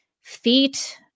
feet